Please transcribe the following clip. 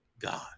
God